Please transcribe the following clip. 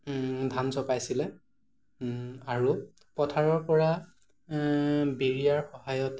ধান চপাইছিলে আৰু পথাৰৰ পৰা বিৰিয়াৰ সহায়ত